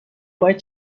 باید